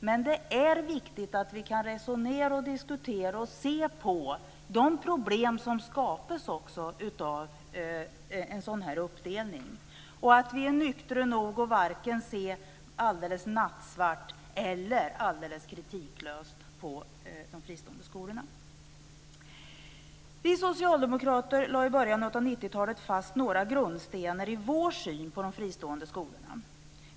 Men det är viktigt att vi kan resonera, diskutera och se på de problem som skapas av en sådan uppdelning, och att vi är nyktra nog att varken se alldeles nattsvart eller alldeles kritiklöst på de fristående skolorna. Vi socialdemokrater lade i början av 90-talet fast några grundstenar i vår syn på de fristående skolorna.